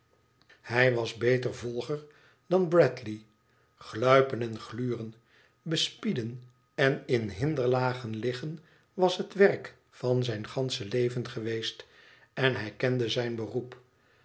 hij was beter volger dan bradley gluipen en gluren bespieden en in hinderlagen liggen was het werk van zijn gansche leven geweest en hij kende zijn beroep